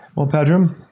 well pedram,